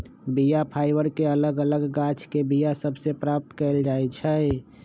बीया फाइबर के अलग अलग गाछके बीया सभ से प्राप्त कएल जाइ छइ